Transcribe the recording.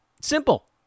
Simple